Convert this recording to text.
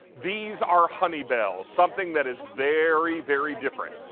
these are honey. bells, something that is very very different.